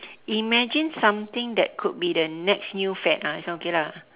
imagine something that could be the next new fad ah this one okay lah